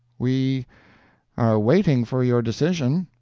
we are waiting for your decision.